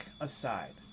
aside